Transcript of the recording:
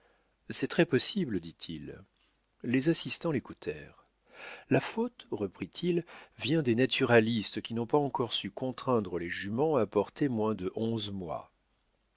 lui c'est très possible dit-il les assistants l'écoutèrent la faute reprit-il vient des naturalistes qui n'ont pas encore su contraindre les juments à porter moins de onze mois